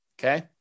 Okay